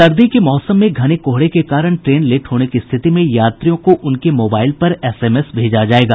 सर्दी के मौसम में घने कोहरे के कारण ट्रेन लेट होने की स्थिति में यात्रियों के उनके मोबाईल पर एसएमएस भेजा जायेगा